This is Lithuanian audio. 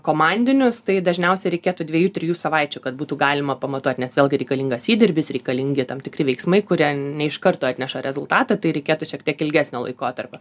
komandinius tai dažniausiai reikėtų dviejų trijų savaičių kad būtų galima pamatuot nes vėlgi reikalingas įdirbis reikalingi tam tikri veiksmai kuria ne iš karto atneša rezultatą tai reikėtų šiek tiek ilgesnio laikotarpio